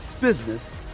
business